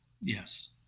Yes